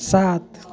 सात